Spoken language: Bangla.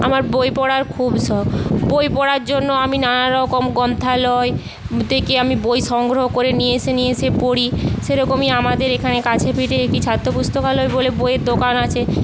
আমার বই পড়ার খুব শখ বই পড়ার জন্য আমি নানারকম গ্রন্থালয় থেকে আমি বই সংগ্রহ করে নিয়ে এসে নিয়ে এসে পড়ি সেরকমই আমাদের এখানে কাছে পিঠে একটি ছাত্রপুস্তকালয় বলে বইয়ের দোকান আছে